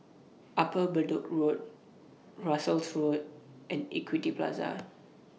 Upper Bedok Road Russels Road and Equity Plaza